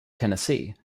tennessee